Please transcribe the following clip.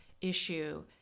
issue